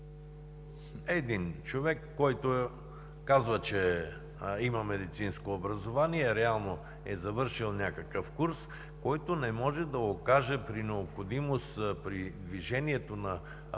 един човек, който казва, че има медицинско образование, а реално е завършил някакъв курс, който не може да окаже при необходимост – при движението на автомобила,